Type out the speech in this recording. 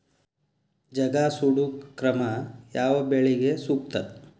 ಜಗಾ ಸುಡು ಕ್ರಮ ಯಾವ ಬೆಳಿಗೆ ಸೂಕ್ತ?